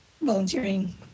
volunteering